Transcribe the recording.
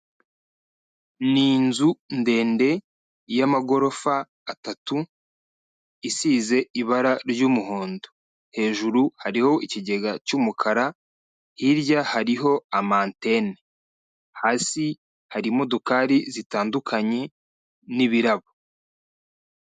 Ni inzu ndende y'amagorofa atatu, isize ibara ry'umuhondo, hejuru hariho ikigega cy'umukara, hirya hariho am'anteni, hasi hari imodukari zitandukanye n'ibirabo